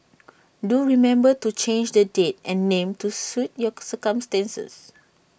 do remember to change the date and name to suit your circumstances